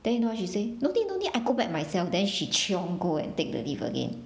then you know what she say no need no need I go back myself then she chiong go and take the lift again